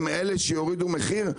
הם אלו שיורידו מחיר?